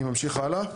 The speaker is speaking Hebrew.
אני ממשיך הלאה.